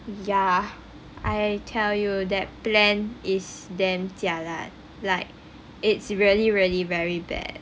ya I tell you that plan is damn jialat like it's really really very bad